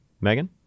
Megan